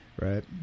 Right